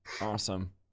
Awesome